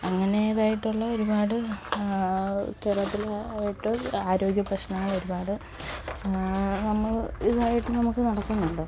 അങ്ങനേതായിട്ടുള്ള ഒരുപാട് കേരളത്തിൽ ആയിട്ട് ആരോഗ്യപ്രശ്നങ്ങൾ ഒരുപാട് നമ്മൾ ഇതായിട്ട് നമുക്ക് നടക്കുന്നുണ്ട്